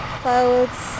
clothes